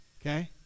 Okay